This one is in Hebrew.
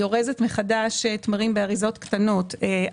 היא אורזת מחדש תמרים באריזות קטנות,